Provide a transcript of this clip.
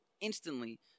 instantly